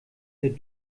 der